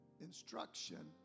instruction